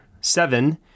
seven